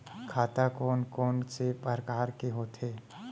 खाता कोन कोन से परकार के होथे?